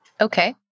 Okay